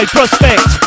Prospect